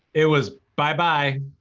it was bye-bye.